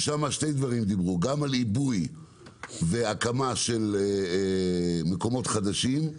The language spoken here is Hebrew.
ששם דיברו על שני דברים: גם על עיבוי והקמה של מקומות חדשים,